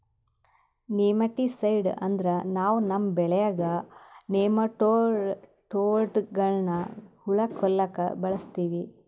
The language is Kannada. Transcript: ನೆಮಟಿಸೈಡ್ ಅಂದ್ರ ನಾವ್ ನಮ್ಮ್ ಬೆಳ್ಯಾಗ್ ನೆಮಟೋಡ್ಗಳ್ನ್ ಹುಳಾ ಕೊಲ್ಲಾಕ್ ಬಳಸ್ತೀವಿ